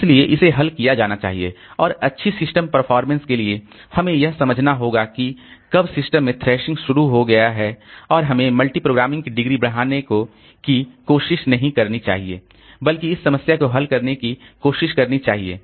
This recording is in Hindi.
इसलिए इसे हल किया जाना चाहिए और अच्छी सिस्टम परफॉर्मेंस के लिए हमें यह समझना होगा कि कब सिस्टम में थ्रेशिंग शुरू हो गया है और हमें मल्टीप्रोग्रामिंग की डिग्री को बढ़ाने की कोशिश नहीं करनी चाहिए बल्कि इस समस्या को हल करने की कोशिश करनी चाहिए